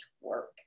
work